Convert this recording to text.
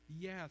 Yes